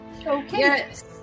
Yes